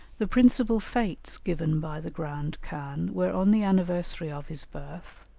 the principal fetes given by the grand khan were on the anniversary of his birth,